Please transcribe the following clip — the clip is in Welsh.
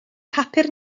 papur